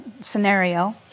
scenario